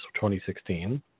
2016